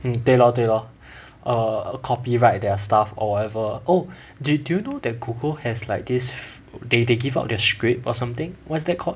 mm 对 lor 对 lor err copyright their stuff or whatever oh did you know that Google has like this they they give out their script or something what's that called